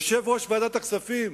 יושב-ראש ועדת הכספים,